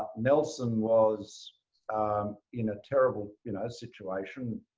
ah nelson was in a terrible you know situation.